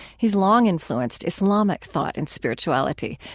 he's long influenced islamic thought and spirituality,